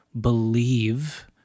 believe